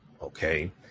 okay